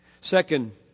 Second